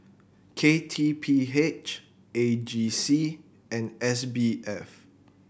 K T P H A G C and S B F